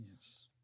Yes